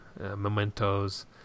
mementos